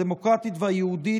הדמוקרטית והיהודית,